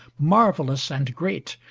marvellous and great,